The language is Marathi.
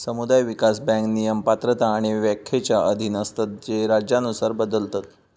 समुदाय विकास बँक नियम, पात्रता आणि व्याख्येच्या अधीन असतत जे राज्यानुसार बदलतत